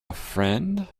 friend